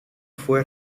fue